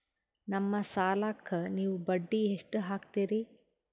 ನಮ್ಮ ಸಾಲಕ್ಕ ನೀವು ಬಡ್ಡಿ ಎಷ್ಟು ಹಾಕ್ತಿರಿ?